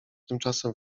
tymczasem